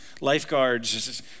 lifeguards